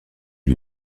lui